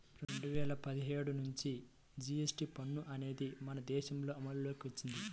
రెండు వేల పదిహేడు నుంచి జీఎస్టీ పన్ను అనేది మన దేశంలో అమల్లోకి వచ్చింది